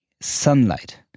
Sunlight